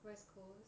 west coast